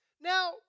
now